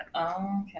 okay